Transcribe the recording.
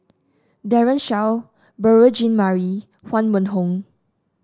Daren Shiau Beurel Jean Marie Huang Wenhong